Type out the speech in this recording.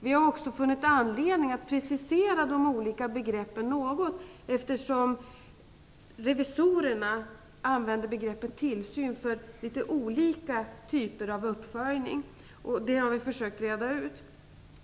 Vi har också funnit anledning att precisera de olika begreppen något, eftersom revisorerna använder begreppet tillsyn för litet olika typer av uppföljning. Detta har vi försökt reda ut.